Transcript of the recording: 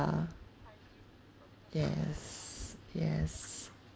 yes yes